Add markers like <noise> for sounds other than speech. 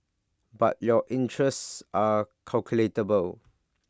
but your interests are <unintelligible>